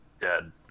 dead